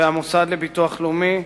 ועם המוסד לביטוח לאומי,